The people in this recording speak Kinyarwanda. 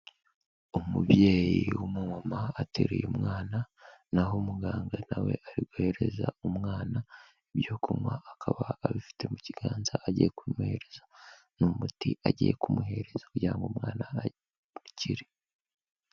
Umubyeyi w'umumama ateruye umwana, n'aho umuganga na we ari guhereza umwana ibyo kunywa, akaba abifite mu kiganza agiye kubimuhereza, ni umuti agiye kumuhereza kugira ngo umwana akire.